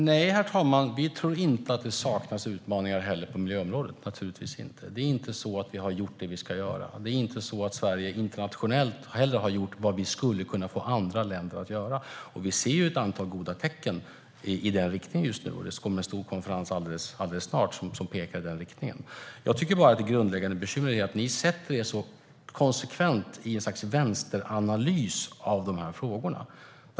Herr talman! Nej, vi tror inte att det saknas utmaningar på miljöområdet - naturligtvis inte. Det är inte så att vi har gjort det vi ska göra. Det är inte heller så att Sverige internationellt har gjort vad vi skulle kunna få andra länder att göra. Vi ser ett antal goda tecken i den riktningen just nu, och det kommer en stor konferens alldeles snart som pekar i den riktningen. Jag tycker att det grundläggande bekymret är att ni, Janine Alm Ericson, konsekvent sätter er i ett slags vänsteranalys av de här frågorna.